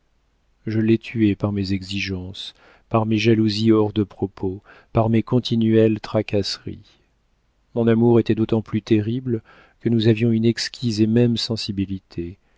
je l'ai tué par mes exigences par mes jalousies hors de propos par mes continuelles tracasseries mon amour était d'autant plus terrible que nous avions une exquise et même sensibilité